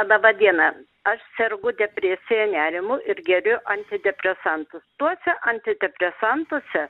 laba diena aš sergu depresija nerimu ir geriu antidepresantus tuose antidepresantuose